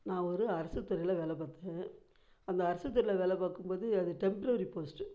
நான் ஒரு அரசுத்துறையில் வேலை பார்த்தேன் அந்த அரசுத்துறையில் வேலை பார்க்கும்போது அது டெம்ப்ரவரி போஸ்ட்டு